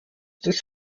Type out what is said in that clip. des